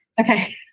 Okay